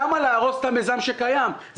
למה להרוס את המיזם שקיים?